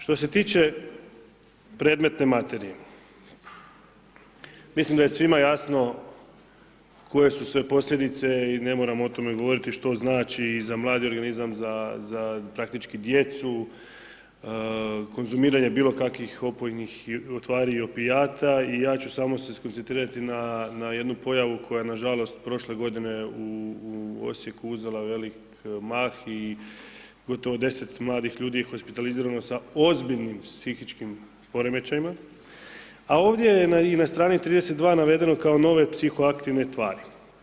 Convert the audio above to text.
Što se tiče predmetne materije, mislim da je svima jasno koje su sve posljedice i ne moramo o tome govoriti što znači i za mladi organizam, za, za praktički djecu, konzumiranje bilo kakvih opojnih tvari i opijata i ja ću samo se skoncentrirati na jednu pojavu koja na žalost prošle godine u Osijeku uzela velik mah i gotovo 10 mladih ljudi je hospitalizirano sa ozbiljnim psihičkim poremećajima, a ovdje je i na strani 32. navedeno kao nove psihoaktivne tvari.